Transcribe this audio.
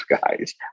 guys